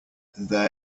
their